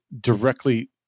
directly